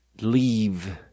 leave